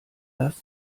das